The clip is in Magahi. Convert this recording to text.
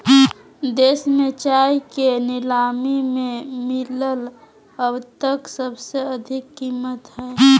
देश में चाय के नीलामी में मिलल अब तक सबसे अधिक कीमत हई